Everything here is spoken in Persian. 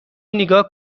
نیگا